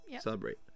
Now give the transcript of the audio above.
Celebrate